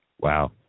Wow